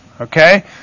okay